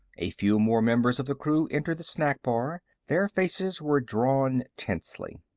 a few more members of the crew entered the snack bar. their faces were drawn tensely.